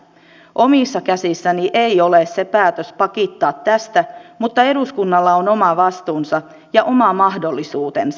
omissa käsissäni ei ole se päätös pakittaa tästä mutta eduskunnalla on oma vastuunsa ja oma mahdollisuutensa